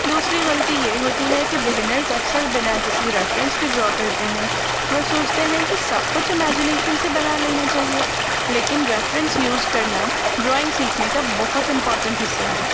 دوسری غلطی یہ ہوتی ہے کہ بگنرز اکثر بنا کسی ریفرینس کی ڈرا کرتے ہیں وہ سوچتے ہیں کہ سب کچھ امیجینیشن سے بنا لینا چاہیے لیکن ریفرینس یوز کرنا ڈرائنگ سیکھنے کا بہت امپورٹنٹ حصہ ہے